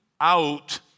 out